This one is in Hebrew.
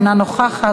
אינה נוכחת,